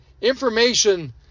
information